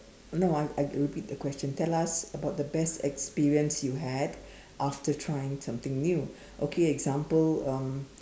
no I I repeat the question tell us about the best experience you had after trying something new okay example um